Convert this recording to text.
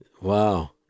Wow